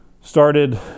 Started